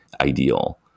ideal